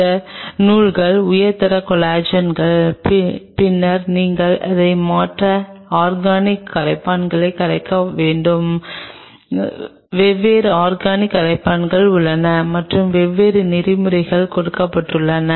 இந்த நூல்கள் உயர்தர கொலாஜன் பின்னர் நீங்கள் அதை மற்ற ஆர்கானிக் கரைப்பான்களில் கரைக்க வேண்டும் வெவ்வேறு ஆர்கானிக் கரைப்பான்கள் உள்ளன மற்றும் வெவ்வேறு நெறிமுறைகள் கொடுக்கப்பட்டுள்ளன